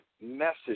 message